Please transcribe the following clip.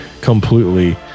completely